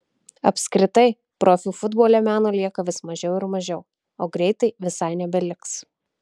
apskritai profių futbole meno lieka vis mažiau ir mažiau o greitai visai nebeliks